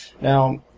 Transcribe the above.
Now